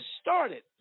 started